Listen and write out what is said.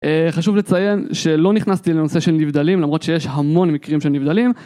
חשוב לציין שלא נכנסתי לנושא של נבדלים למרות שיש המון מקרים של נבדלים